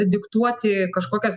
diktuoti kažkokias